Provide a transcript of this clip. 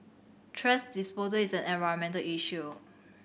thrash disposal is an environmental issue